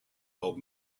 old